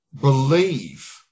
believe